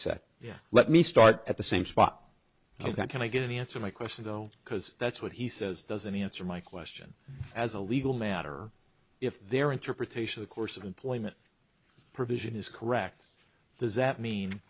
said yeah let me start at the same spot ok i'm going to get an answer my question though because that's what he says doesn't answer my question as a legal matter if their interpretation of course of employment provision is correct does that mean